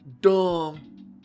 dumb